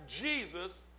Jesus